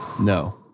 No